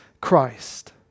Christ